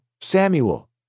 Samuel